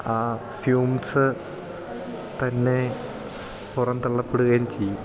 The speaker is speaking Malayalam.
ആ ഫ്യൂംസ് തന്നെ പുറംതള്ളപ്പെടുകയും ചെയ്യും